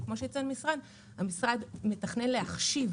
כמו שציין המשרד, המשרד מתכנן להחשיב